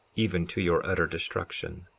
even to your utter destruction.